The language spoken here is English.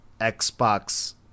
Xbox